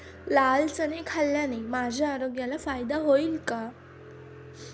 लाल चणे खाल्ल्याने माझ्या आरोग्याला फायदा होईल का?